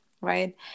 right